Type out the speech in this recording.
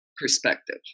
perspective